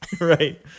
Right